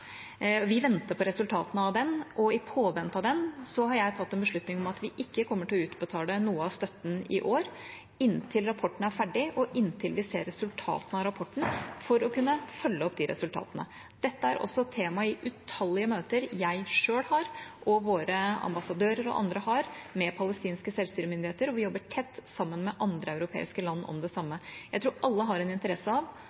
og i påvente av den har jeg tatt en beslutning om at vi ikke kommer til å utbetale noe av støtten i år, inntil rapporten er ferdig, og inntil vi ser resultatene av rapporten, for å kunne følge opp de resultatene. Dette er også tema i utallige møter jeg selv har og våre ambassadører og andre har med palestinske selvstyremyndigheter, og vi jobber tett sammen med andre europeiske land om det samme. Jeg tror alle har en interesse av